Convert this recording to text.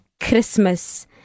Christmas